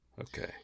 Okay